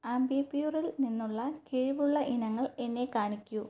ആംബിപ്യുറിൽ നിന്നുള്ള കിഴിവുള്ള ഇനങ്ങൾ എന്നെ കാണിക്കൂ